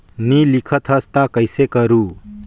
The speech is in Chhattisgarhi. नी लिखत हस ता कइसे करू?